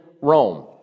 Rome